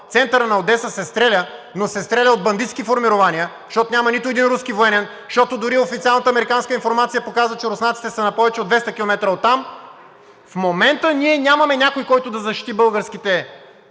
центъра на Одеса се стреля, но се стреля от бандитски формирования, защото няма нито един руски военен; защото дори официалната американска информация показа, че руснаците са на повече от 200 км оттам; в момента ние нямаме някой, който да защити българските